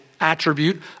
attribute